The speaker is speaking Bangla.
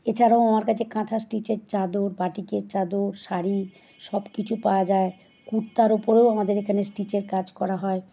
এছাড়াও আমার কাছে কাঁথা স্টিচের চাদর বাটিকের চাদর শাড়ি সব কিছু পাওয়া যায় কুর্তার ওপরেও আমাদের এখানে স্টিচের কাজ করা হয়